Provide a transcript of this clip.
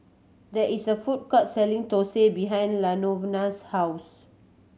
there is a food court selling thosai behind Lanovona's house